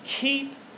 Keep